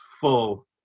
full